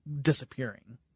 disappearing